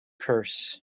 curse